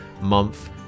month